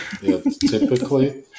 Typically